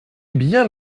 bien